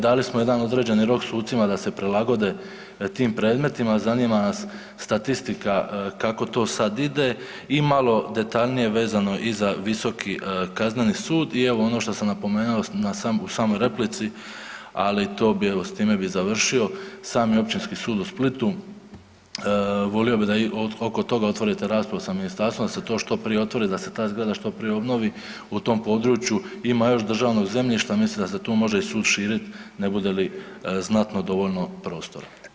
Dali smo jedan određeni rok sucima da se prilagode tim predmetima, zanima nas statistika kako to sad ide i malo detaljnije vezano i za Visoki kazneni sud i evo ono što sam napomenuo u samoj replici, ali to bi evo s time bi završio sami Općinski sud u Split volio bi i oko toga otvorite raspravu sa ministarstvom da se to što prije otvori, da se ta zgrada što prije obnovi u tom području ima još državnog zemljišta mislim da se tu može i sud širit ne bude li znatno dovoljno prostora.